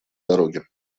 дороги